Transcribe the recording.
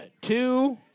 two